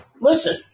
Listen